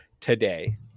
today